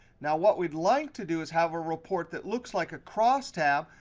now, what we'd like to do is have a report that looks like a crosstab.